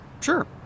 Sure